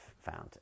Found